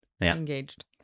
engaged